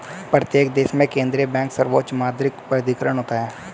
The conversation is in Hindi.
प्रत्येक देश में केंद्रीय बैंक सर्वोच्च मौद्रिक प्राधिकरण होता है